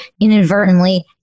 inadvertently